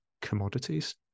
commodities